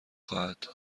خواهد